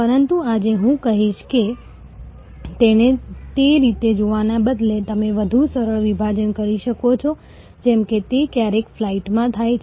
હવે તે આગળ વધે છે એવું નથી કે ફક્ત તમને દર વર્ષે આ મુળ લાભો મળે છે